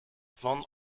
van